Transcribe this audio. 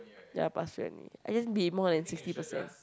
ya pass only I just be more than sixty percent